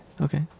Okay